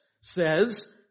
says